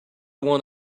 one